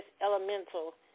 elemental